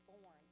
born